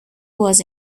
was